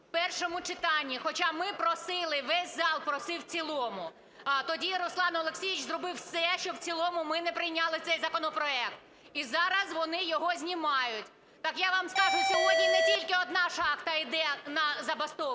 у першому читанні. Хоча ми просили, весь зал просив у цілому, а тоді Руслан Олексійович зробив все, щоб в цілому ми не прийняли цей законопроект і зараз вони його знімають. Так я вам скажу: сьогодні не тільки одна шахта йде на забастовку,